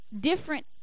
different